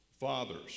Fathers